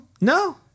No